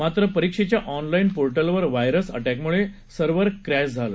मात्र परीक्षेच्या ऑनलाउ पोर्टलवर व्हायरस अटक्मुळे सर्व्हर क्रशि झालं